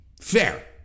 fair